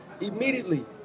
Immediately